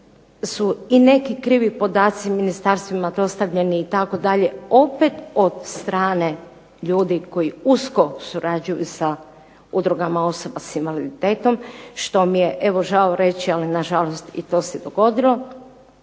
su i neki krivi podaci ministarstvima dostavljeni itd. opet od strane ljudi koji usko surađuju sa udrugama osoba sa invaliditetom, što mi je evo žao reći ali nažalost to se dogodilo.